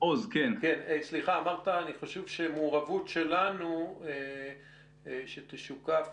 אמרת שמעורבות שלנו שתשוקף